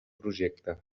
projecte